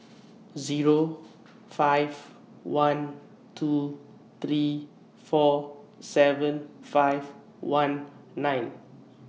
Zero five one two three four seven five one nine